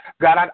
God